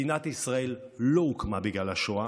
מדינת ישראל לא הוקמה בגלל השואה,